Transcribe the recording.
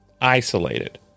isolated